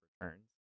returns